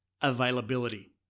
Availability